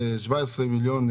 שקונה דירה ב-17.8 מיליון.